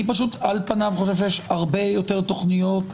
על פניו, לדעתי, יש הרבה יותר תכניות.